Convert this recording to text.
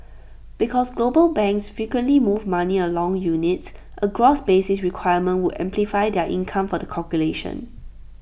because global banks frequently move money among units A gross basis requirement would amplify their income for the calculation